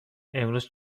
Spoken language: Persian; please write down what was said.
امروز